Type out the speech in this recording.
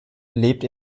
lebt